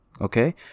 Okay